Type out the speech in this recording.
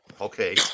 Okay